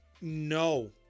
no